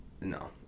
no